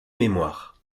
mémoires